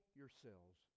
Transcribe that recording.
yourselves